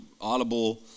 Audible